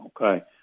okay